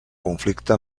conflicte